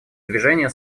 движение